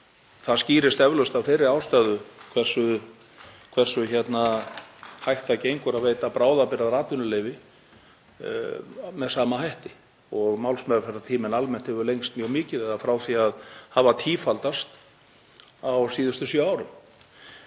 Það skýrist eflaust af þeirri ástæðu hversu hægt það gengur að veita bráðabirgðaratvinnuleyfi með sama hætti og málsmeðferðartíminn almennt hefur lengst mjög mikið eða frá því að hafa tífaldast á síðustu sjö árum.